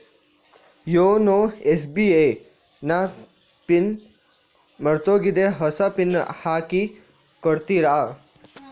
YONO SBI ನ PIN ಮರ್ತೋಗಿದೆ ಹೊಸ ಪಿನ್ ಹಾಕಿ ಕೊಡ್ತೀರಾ?